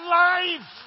life